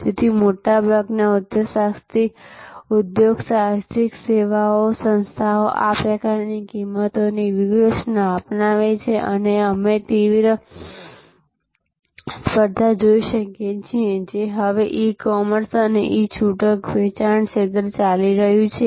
તેથી મોટાભાગની ઉદ્યોગસાહસિક સેવા સંસ્થાઓ આ પ્રકારની કિંમતોની વ્યૂહરચના અપનાવે છે અને તમે તીવ્ર સ્પર્ધા જોઈ શકો છોજે હવે ઈ કોમર્સ અને ઈ છૂટક વેચાણ ક્ષેત્રે ચાલી રહ્યું છે